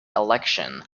election